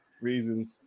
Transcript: reasons